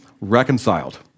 reconciled